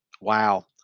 Wow